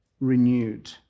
renewed